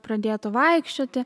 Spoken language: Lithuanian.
pradėtų vaikščioti